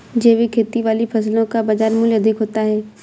जैविक खेती वाली फसलों का बाज़ार मूल्य अधिक होता है